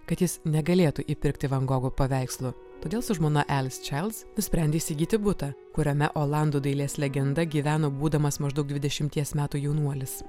kad jis negalėtų įpirkti van gogo paveikslų todėl su žmona elis čailds nusprendė įsigyti butą kuriame olandų dailės legenda gyveno būdamas maždaug dvidešimties metų jaunuolis